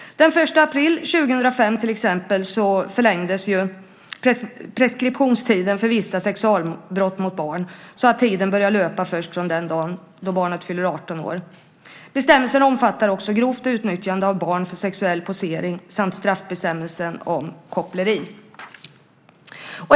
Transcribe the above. Den 1 april 2005 förlängdes preskriptionstiden för till exempel vissa sexualbrott mot barn så att tiden börjar löpa först från den dagen barnet fyller 18 år. Bestämmelsen omfattar också grovt utnyttjande av barn för sexuell posering samt koppleri.